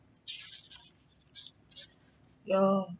err